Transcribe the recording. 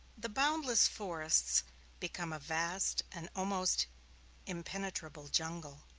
the boundless forests become a vast and almost impenetrable jungle,